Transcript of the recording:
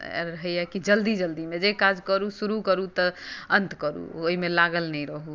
होइए कि जल्दी जल्दीमे जे काज करू शुरू करू तऽ अन्त करू ओहिमे लागल नहि रहू